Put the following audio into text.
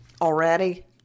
already